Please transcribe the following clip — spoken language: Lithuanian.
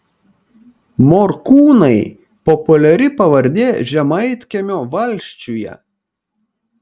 morkūnai populiari pavardė žemaitkiemio valsčiuje